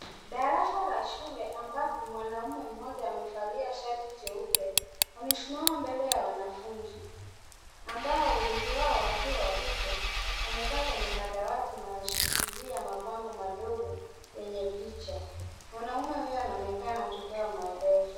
Darasa la shule ambapo mwanaume mmoja amevalia shati jeupe amesimama mbele ya wanafunzi ambao wengi wao wakiwa watoto wamekaa kwenye madawati na wanashikilia mabango madogo yenye picha. Mwanaume huyu anaonekana akitoa maelezo.